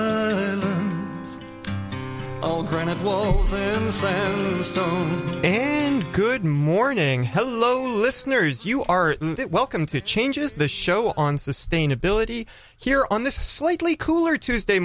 in good morning hello listeners you are welcome to changes the show on sustainability here on this slightly cooler tuesday